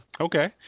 Okay